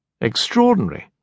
Extraordinary